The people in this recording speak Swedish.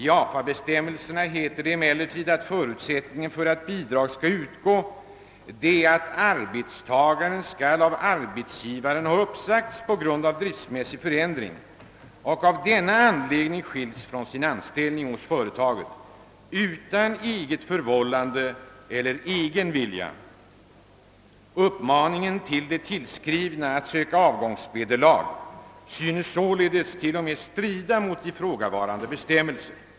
I AFA-bestämmelserna heter det emellertid att förutsättningen för att bidrag skall utgå är att »arbetstagaren skall av arbetsgivaren ha uppsagts på grund av driftsmässig förändring och av denna anledning skilts från sin anställning hos företaget utan eget förvållande eller egen vilja». Uppmaningen till de tillskrivna att söka avgångsvederlag synes således till och med strida mot ifrågavarande bestämmelser.